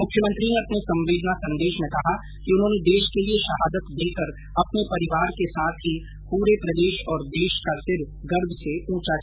मुख्यमंत्री ने अपने संवेदना संदेश में कहा कि उन्होंने देश के लिए शहादत देकर अपने परिवार के साथ ही पूरे प्रदेश और देश का सिर गर्व से ऊंचा किया है